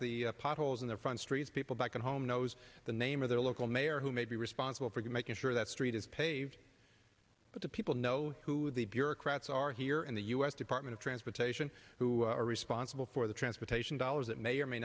the potholes in their front streets people back home knows the name of their local mayor who may be responsible for making sure that street is paved but the people know who the bureaucrats are here in the u s department of transportation who are responsible for the transportation dollars that may or may